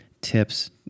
tips